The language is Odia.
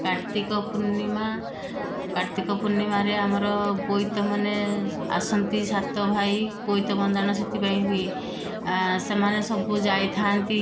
କାର୍ତ୍ତିକ ପୂର୍ଣ୍ଣିମା କାର୍ତ୍ତିକ ପୂର୍ଣ୍ଣିମାରେ ଆମର ବୋଇତ ମାନେ ଆସନ୍ତି ସାତ ଭାଇ ବୋଇତ ବନ୍ଦାଣ ସେଥିପାଇଁ ହୁଏ ସେମାନେ ସବୁ ଯାଇ ଥାଆନ୍ତି